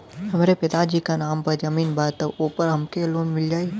हमरे पिता जी के नाम पर जमीन बा त ओपर हमके लोन मिल जाई?